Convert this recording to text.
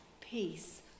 peace